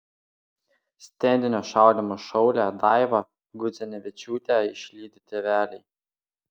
stendinio šaudymo šaulę daivą gudzinevičiūtę išlydi tėveliai